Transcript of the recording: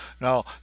Now